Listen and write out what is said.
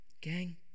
Gang